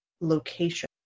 location